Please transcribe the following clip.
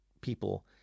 people